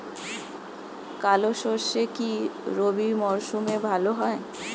কালো সরষে কি রবি মরশুমে ভালো হয়?